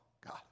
God